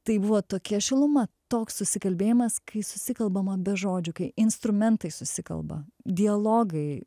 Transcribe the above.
tai buvo tokia šiluma toks susikalbėjimas kai susikalbama be žodžių kai instrumentai susikalba dialogai